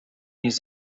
his